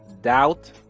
doubt